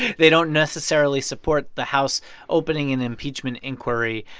they don't necessarily support the house opening an impeachment inquiry.